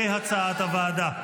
כהצעת הוועדה.